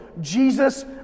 Jesus